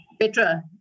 Petra